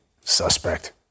Suspect